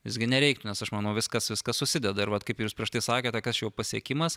visgi nereiktų nes aš manau viskas viskas susideda ir vat kaip jūs prieš tai sakėte kas čia jau pasiekimas